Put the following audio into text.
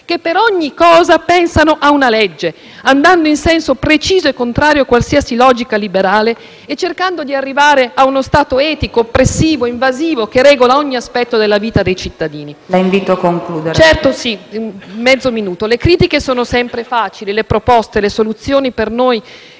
che per ogni cosa pensano a una legge, andando in senso preciso e contrario a qualsiasi logica liberale e cercando di arrivare a uno Stato etico oppressivo e invasivo, che regola ogni aspetto della vita dei cittadini. Le critiche sono sempre facili. Le proposte e le soluzioni per noi